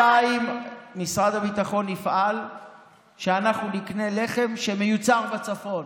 2. משרד הביטחון יפעל שאנחנו נקנה לחם שמיוצר בצפון